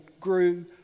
grew